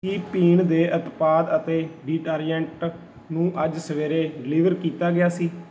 ਕੀ ਪੀਣ ਦੇ ਉਤਪਾਦ ਅਤੇ ਡਿਟਰਜੈਂਟ ਨੂੰ ਅੱਜ ਸਵੇਰੇ ਡਲੀਵਰ ਕੀਤਾ ਗਿਆ ਸੀ